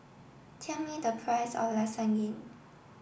tell me the price of Lasagne